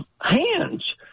hands